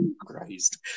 Christ